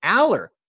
Aller